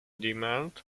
demand